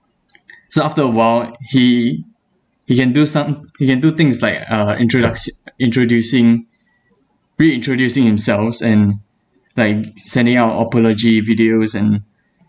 so after a while he he can do some he can do things like uh introducti~ introducing re-introducing himself and like sending out apology videos and